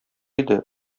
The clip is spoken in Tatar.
иде